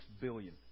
billion